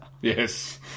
Yes